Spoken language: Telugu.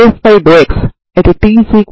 నుండి ప్రారంభం కావాలి